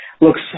looks